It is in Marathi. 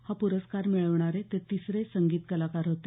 हा प्रस्कार मिळवणारे ते तिसरे संगीत कलाकार होते